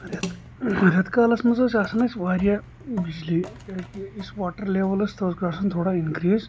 رٮ۪ت رٮ۪تہٕ کالَس منٛز ٲسۍ آسَان اَسہِ واریاہ بِجلی کیازکہِ یُس واٹَر لٮ۪ول ٲس سۄ ٲس گَژَھان تھوڑا اِنکرٛیٖز